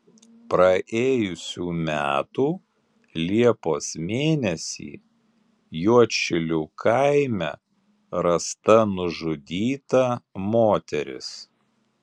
praėjusių metų liepos mėnesį juodšilių kaime rasta nužudyta moteris